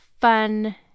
fun